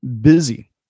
busy